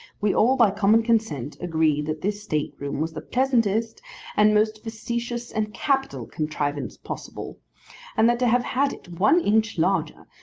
we all by common consent agreed that this state-room was the pleasantest and most facetious and capital contrivance possible and that to have had it one inch larger,